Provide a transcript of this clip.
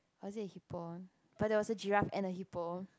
or it is hippo but there was a giraffe and a hippo